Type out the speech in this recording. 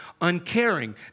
uncaring